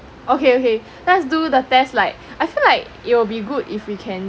okay okay let's do the test like feel like it'll be good if we can